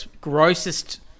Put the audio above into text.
grossest